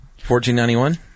1491